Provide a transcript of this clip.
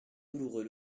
douloureux